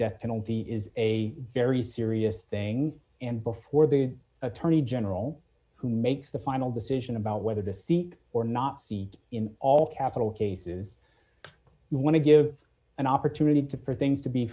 death penalty is a very serious thing and before the attorney general who makes the final decision about whether to see or not see in all capital cases we want to give an opportunity to prove things to be